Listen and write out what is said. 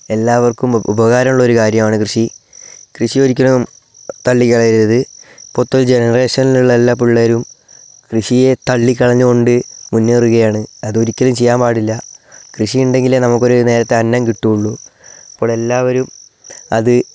എല്ലാവർക്കും ഉപകാരുള്ള ഒരു കാര്യമാണ് കൃഷി കൃഷി ഒരിക്കലും തള്ളി കളയരുത് ഇപ്പത്തെ ജനറേഷനിലുള്ള എല്ലാ പിള്ളേരും കൃഷിയെ തള്ളി കളഞ്ഞുകൊണ്ട് മുന്നേറുകയാണ് അതൊരിക്കലും ചെയ്യാൻ പാടില്ല കൃഷി ഉണ്ടെങ്കിലേ നമുക്കൊരു നേരത്തെ അന്നം കിട്ടുകയുള്ളു അപ്പോളെല്ലാവരും അത്